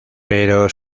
pero